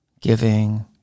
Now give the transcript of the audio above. giving